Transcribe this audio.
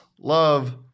love